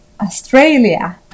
Australia